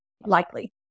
Likely